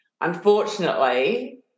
unfortunately